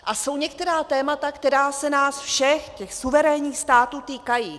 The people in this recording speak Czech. A jsou některá témata, která se nás všech suverénních států týkají.